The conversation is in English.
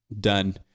done